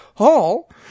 Hall